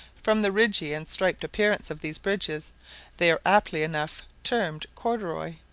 from the ridgy and striped appearance of these bridges they are aptly enough termed corduroy.